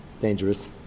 dangerous